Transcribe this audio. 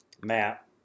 Matt